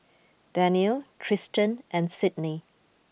Daniele Tristen and Sidney